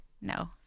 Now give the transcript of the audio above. No